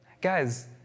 Guys